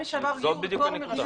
בדיוק, זאת בדיוק הנקודה.